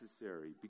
necessary